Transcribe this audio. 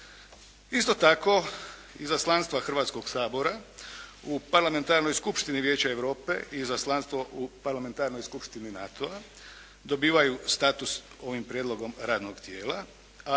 Isto tako izaslanstva Hrvatskoga sabora u Parlamentarnoj skupštini Vijeća Europe i Izaslanstvo u Parlamentarnoj skupštini NATO-a dobivaju status ovim prijedlogom radnog tijela,